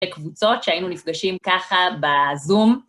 כקבוצות שהיינו נפגשים ככה בזום.